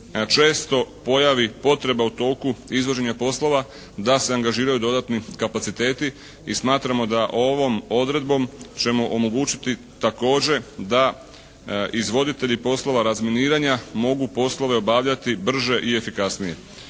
često pojavi potreba u toku izvođenja poslova da se angažiraju dodatni kapaciteti i smatramo da ovom odredbom ćemo omogućiti također da izvoditelji poslova razminiranja mogu poslove obavljati brže i efikasnije.